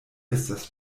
estas